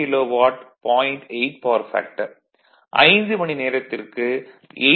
8 power factor 5 மணிநேரத்திற்கு 18 kilowatt 0